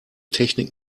technik